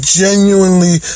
genuinely